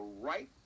right